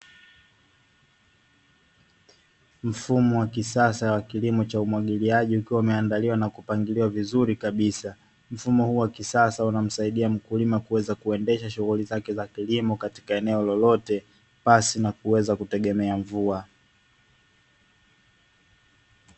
Mfumo wa kisasa wa kilimo cha umwagiliaji ukiwa imeandaliwa na kupangiliwa vizuri kabisa, mfumo huu wa kisasa unamsaidia mkulima kuweza kuendesha shughuli zake za kilimo katika eneo lolote pasi na kutegemea mvua.